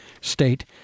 state